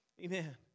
Amen